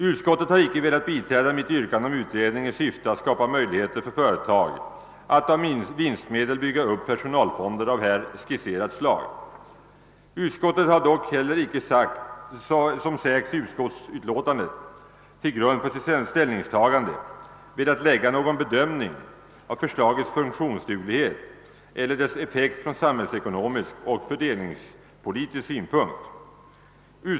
Utskottet har inte velat biträda mitt yrkande om en utredning i syfte att skapa möjligheter för företag att av vinstmedel bygga upp personalfonder av här skisserat slag. Utskottet har emellertid inte — som också sägs i utskottsutlåtandet — till grund för sitt ställningstagande velat lägga någon bedömning av förslagets funktionsduglighet eller dess effekt från samhällsekonomisk och fördelningspolitisk synpunkt.